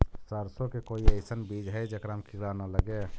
सरसों के कोई एइसन बिज है जेकरा में किड़ा न लगे?